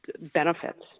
benefits